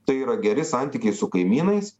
tai yra geri santykiai su kaimynais